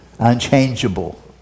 unchangeable